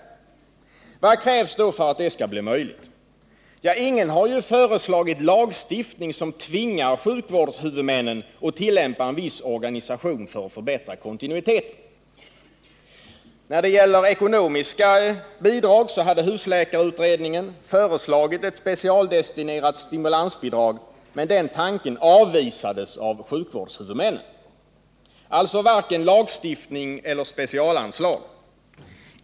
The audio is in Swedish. Vad krävs då för att det skall bli möjligt? Ingen har ju föreslagit lagstiftning som tvingar sjukvårdshuvudmännen att tillämpa en viss organisation för att förbättra kontinuiteten. Husläkarutredningen hade föreslagit ett specialdestinerat stimulansbidrag, men den tanken avvisades av sjukvårdshuvudmännen — alltså varken lagstiftning eller specialanslag.